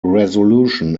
resolution